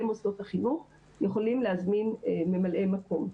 מוסדות החינוך יכולים להזמין ממלאי מקום.